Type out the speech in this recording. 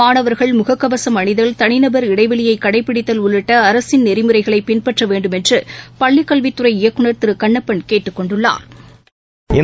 மாணவர்கள் முககவசம் அணிதல் தனிநபர் இடைவெளியைகடைபிடித்தல் உள்ளிட்டஅரசின் நெறிமுறைகளைபின்பற்றவேண்டுமென்றுபள்ளிக் கல்வித்துறை இயக்குநர் திருகண்ணப்பள் கேட்டுக் கொண்டுள்ளா்